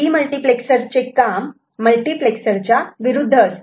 demultiplexer चे काम मल्टिप्लेक्सरच्या विरुद्ध असते